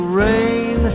rain